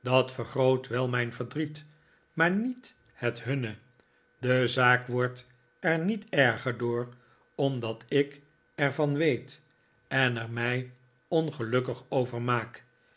dat vergroot wel mijn verdriet maar niet het hunne de zaak wordt er niet erger door omdat ik er van weet en er mij ongelukkig over maak